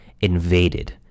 invaded